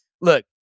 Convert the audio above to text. look